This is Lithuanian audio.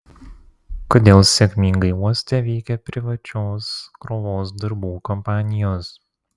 kodėl sėkmingai uoste veikia privačios krovos darbų kompanijos